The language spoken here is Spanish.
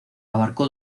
abarcó